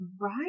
right